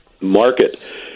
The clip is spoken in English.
market